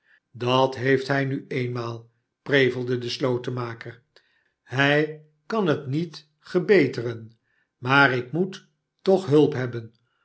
dat heeft hij nu eenmaal prevelde de slotenmaker a hij kan het met gebeteren maar ik moet toch hulp hebben